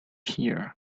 here